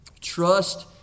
Trust